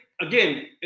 again